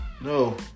No